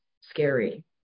scary